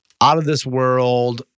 out-of-this-world